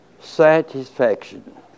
satisfaction